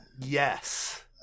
Yes